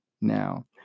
Now